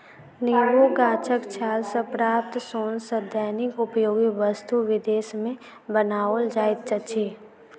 नेबो गाछक छाल सॅ प्राप्त सोन सॅ दैनिक उपयोगी वस्तु विदेश मे बनाओल जाइत अछि